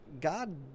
God